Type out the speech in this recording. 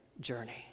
journey